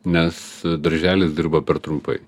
nes darželis dirba per trumpai